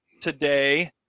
today